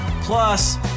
Plus